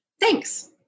Thanks